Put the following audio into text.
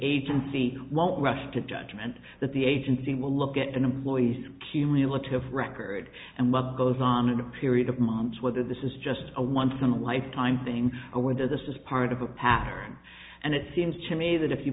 agency won't rush to judgment that the agency will look at an employee's cumulative record and what goes on in a period of months whether this is just a once in a lifetime thing or whether this is part of a pattern and it seems to me that if you